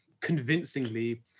convincingly